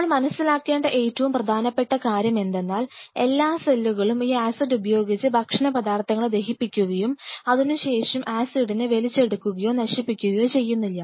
നമ്മൾ മനസ്സിലാക്കേണ്ട ഏറ്റവും പ്രധാനപ്പെട്ട കാര്യം എന്തെന്നാൽ എല്ലാ സെല്ലുകളും ഈ ആസിഡ് ഉപയോഗിച്ച് ഭക്ഷണപദാർത്ഥങ്ങളെ ദഹിപ്പിക്കുകയും അതിനു ശേഷം അസിഡിനെ വലിച്ചെടുക്കുകയോ നശിപ്പിക്കുകയോ ചെയ്യുന്നില്ല